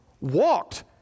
walked